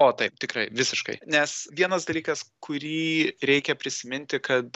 o taip tikrai visiškai nes vienas dalykas kurį reikia prisiminti kad